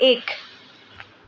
एक